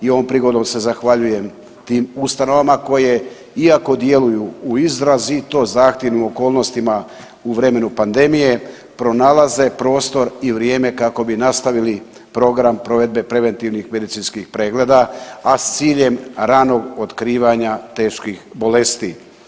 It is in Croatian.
I ovom prigodom se zahvaljujem tim ustanovama koje iako djeluju u izrazito zahtjevnim okolnostima u vremenu pandemije pronalaze prostor i vrijeme kako bi nastavili program provedbe preventivnih medicinskih pregleda, a s ciljem ranog otkrivanja teških bolesti.